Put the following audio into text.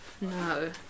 No